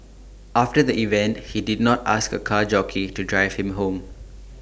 after the event he did not ask A car jockey to drive him home